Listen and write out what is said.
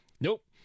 nope